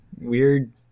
weird